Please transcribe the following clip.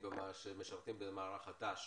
שמשרתים במערך הת"ש